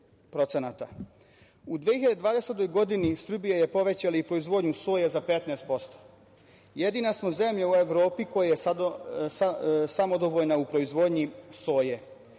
U 2020. godini Srbija je povećala i proizvodnju soje za 15%. Jedina smo zemlja u Evropi koja je samodovoljna u proizvodnji soje.U